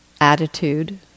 attitude